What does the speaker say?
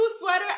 sweater